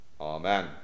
Amen